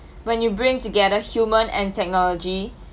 when you bring together human and technology